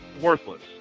worthless